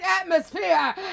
atmosphere